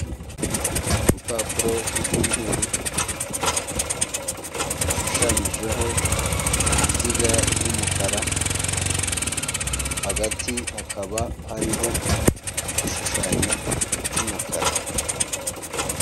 Urupapuro rw'umweru, rushushanyijeho uruziga rw'umukara, hagati hakaba hariho igishushanyo cy'umukara.